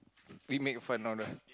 we make fun of the